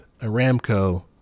aramco